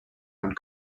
and